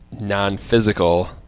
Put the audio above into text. non-physical